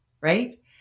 right